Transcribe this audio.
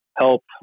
help